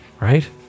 right